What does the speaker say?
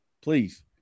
please